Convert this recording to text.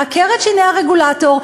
עוקר את שיני הרגולטור,